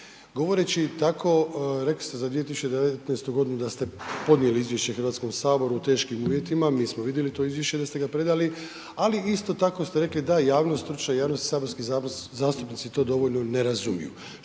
Govoreći tako rekli ste za 2019.godinu da ste podnijeli izvješće HS-u u teškim uvjetima, mi smo vidjeli to izvješće da ste ga predali, ali isto tako ste rekli da javnost stručna i … saborski zastupnici to dovoljno ne razumiju,